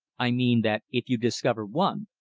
i mean that if you discover one,